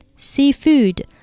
Seafood